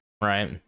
right